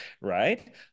right